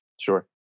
Sure